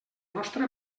nostra